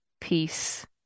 peace